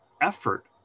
effort